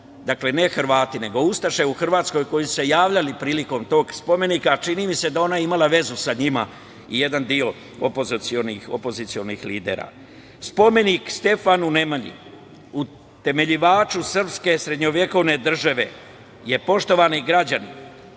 dakle ne Hrvati, nego ustaše u Hrvatskoj, koji su se javljali prilikom tom spomenika, a čini mi se da je ona imala vezu sa njima i jedan deo opozicionih lidera. Spomenik Stefanu Nemanji utemeljivaču srpske srednjovekovne države je, poštovani građani,